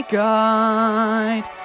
guide